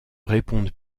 répondent